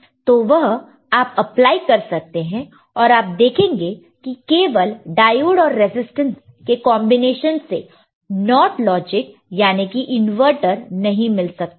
तो वह आप अप्लाई कर सकते हैं पर आप देखेंगे कि केवल डायोड और रेजिस्टेंस के कॉन्बिनेशन से NOT लॉजिक याने की इनवर्टर नहीं मिल सकता है